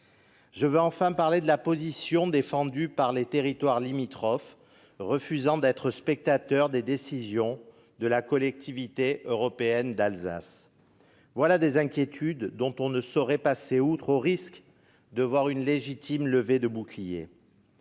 Je veux enfin parler de la position défendue par les territoires limitrophes, refusant d'être spectateurs des décisions de la Collectivité européenne d'Alsace. Voilà des inquiétudes pour lesquelles on ne saurait passer outre, sous peine de voir surgir une légitime levée de boucliers.